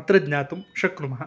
अत्र ज्ञातुं शक्नुमः